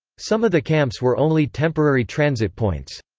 some of the camps were only temporary transit points.